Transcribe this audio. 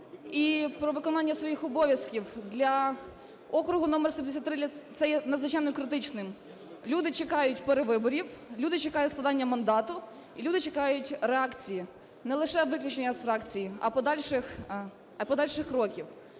і про виконання своїх обов'язків для округу номер 153, це є надзвичайно критичним. Люди чекають перевиборів, люди чекають складання мандату, і люди чекають реакції, не лише виключення з фракції, а подальших кроків.